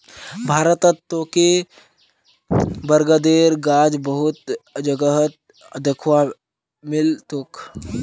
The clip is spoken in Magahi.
भारतत तोके बरगदेर गाछ बहुत जगहत दख्वा मिल तोक